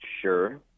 Sure